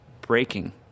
breaking